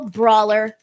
brawler